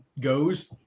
goes